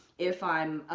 if i'm